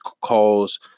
calls